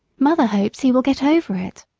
mother hopes he will get over it.